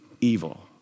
evil